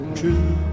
true